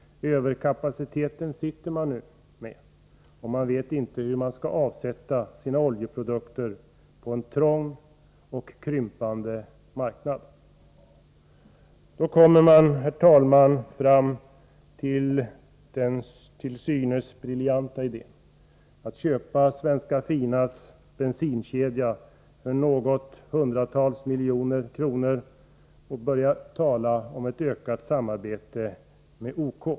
Nu sitter man med överkapacitet, och man vet inte hur man skall få avsättning för sina oljeprodukter på en trång och krympande marknad. Då kommer man på den till synes briljanta idén att köpa Svenska Finas bensinkedja för något hundratal miljoner kronor och börja tala om ett ökat samarbete med OK.